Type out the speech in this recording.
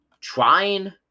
trying